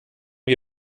wir